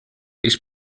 ich